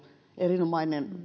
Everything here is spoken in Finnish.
erinomainen